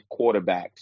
quarterbacks